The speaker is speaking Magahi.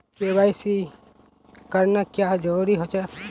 के.वाई.सी करना क्याँ जरुरी होचे?